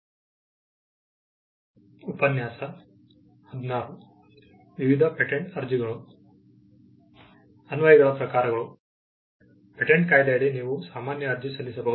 ಅನ್ವಯಗಳ ಪ್ರಕಾರಗಳು ಪೇಟೆಂಟ್ ಕಾಯ್ದೆಯಡಿ ನೀವು ಸಾಮಾನ್ಯ ಅರ್ಜಿ ಸಲ್ಲಿಸಬಹುದು